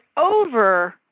over